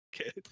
Okay